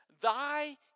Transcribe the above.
Thy